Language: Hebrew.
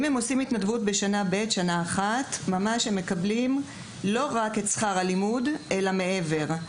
אם הם עושים זאת במשך שנה שלמה הם מקבלים לא רק את שכר הלימוד אלא מעבר.